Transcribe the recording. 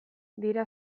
dira